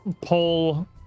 pull